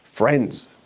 friends